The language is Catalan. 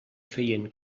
feien